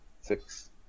six